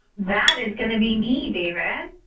that is going to be me, david.